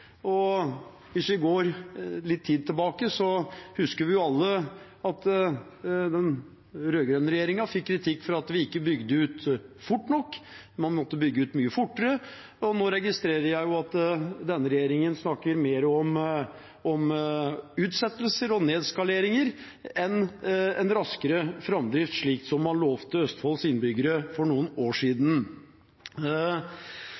Hvis vi går litt tilbake i tid, husker vi alle at den rød-grønne regjeringen fikk kritikk for at den ikke bygde ut fort nok, man måtte bygge ut mye fortere. Nå registrerer jeg at denne regjeringen snakker mer om utsettelser og nedskaleringer enn raskere framdrift, slik man lovte Østfolds innbyggere for noen år